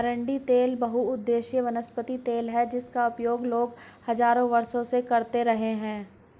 अरंडी तेल बहुउद्देशीय वनस्पति तेल है जिसका उपयोग लोग हजारों वर्षों से करते रहे हैं